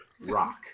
Rock